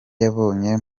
yabonye